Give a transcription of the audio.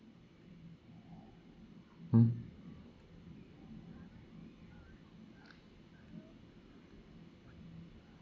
mm